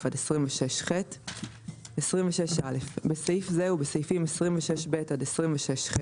עד 26ח 26א. בסעיף זה ובסעיפים 26ב עד 26ח,